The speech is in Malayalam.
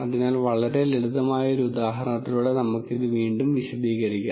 അതിനാൽ വളരെ ലളിതമായ ഒരു ഉദാഹരണത്തിലൂടെ നമുക്ക് ഇത് വീണ്ടും വിശദീകരിക്കാം